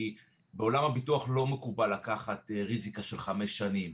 כי בעולם הביטוח לא מקובל לקחת ריזיקה של חמש שנים.